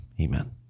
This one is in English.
amen